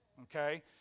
Okay